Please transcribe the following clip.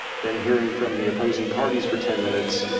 then hearing from the opposing parties for ten minutes,